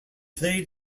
played